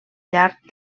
llarg